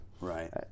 Right